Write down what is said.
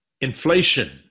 inflation